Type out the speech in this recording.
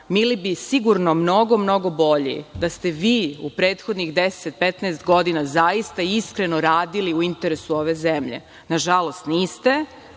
Bili bi sigurno mnogo bolji da ste vi u prethodnih 10,15 godina zaista iskreno radili u interesu ove zemlje. Nažalost, niste,